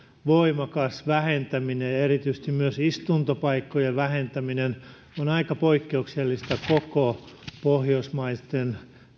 voimakas vähentäminen ja erityisesti myös istuntopaikkojen vähentäminen on aika poikkeuksellista koko pohjoismaitten